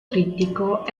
trittico